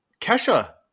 Kesha